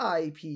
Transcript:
IP